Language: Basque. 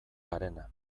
garena